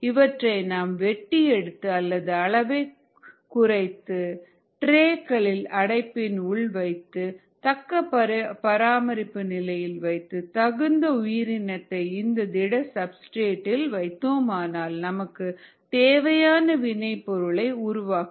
இவற்றை நாம் வெட்டி எடுத்து அல்லது அளவை குறைத்து டிரேக்களில் அடைப்பின் உள் வைத்து தக்க பராமரிப்பு நிலையில் வைத்து தகுந்த உயிரினத்தை இந்த திட சப்ஸ்டிரேட் இல் வைத்தோமானால் நமக்குத் தேவையான வினை பொருளை உருவாக்கும்